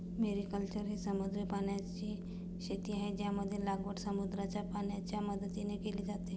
mariculture ही समुद्री पाण्याची शेती आहे, ज्यामध्ये लागवड समुद्राच्या पाण्याच्या मदतीने केली जाते